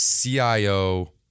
CIO